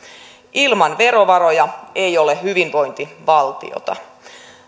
ilman verovaroja ei ole hyvinvointivaltiota